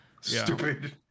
Stupid